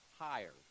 higher